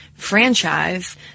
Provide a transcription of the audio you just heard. franchise